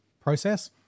process